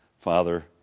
Father